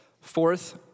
Fourth